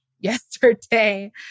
yesterday